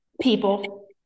People